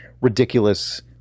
ridiculous